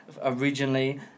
originally